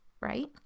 right